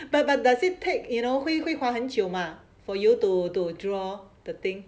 but but does it take you know you 绘画很久吗 for you to to draw the thing